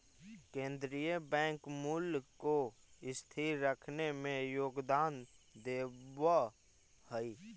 केन्द्रीय बैंक मूल्य को स्थिर रखने में योगदान देवअ हई